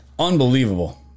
Unbelievable